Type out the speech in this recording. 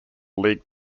league